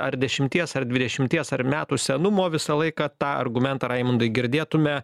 ar dešimties ar dvidešimties ar metų senumo visą laiką tą argumentą raimondai girdėtume